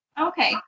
Okay